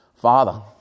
Father